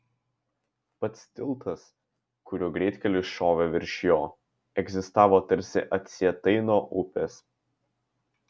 pats tiltas kuriuo greitkelis šovė virš jo egzistavo tarsi atsietai nuo upės